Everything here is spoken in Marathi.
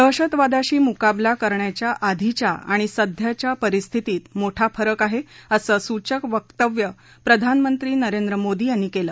दहशतवादाशी मुकाबला करण्याच्या आधीच्या आणि सध्याच्या परिस्थितीत मोठा फरक आहे असं सूचक वक्तव्य प्रधानमंत्री नरेंद्र मोदी यांनी केलं